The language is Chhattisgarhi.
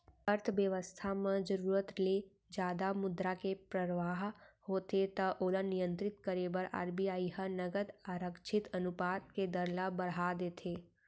अर्थबेवस्था म जरुरत ले जादा मुद्रा के परवाह होथे त ओला नियंत्रित करे बर आर.बी.आई ह नगद आरक्छित अनुपात के दर ल बड़हा देथे